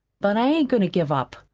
but i ain't goin' to give up.